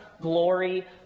glory